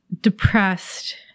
depressed